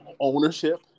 ownership